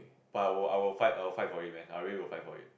but I will I will fight I will fight for it man I really will fight for it